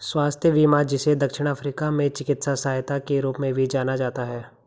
स्वास्थ्य बीमा जिसे दक्षिण अफ्रीका में चिकित्सा सहायता के रूप में भी जाना जाता है